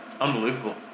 Unbelievable